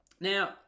Now